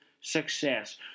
success